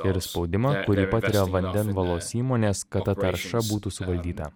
ir spaudimą kurį patiria vandenvalos įmonės kad ta tarša būtų suvaldyta